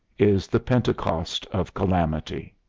is the pentecost of calamity.